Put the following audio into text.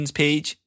page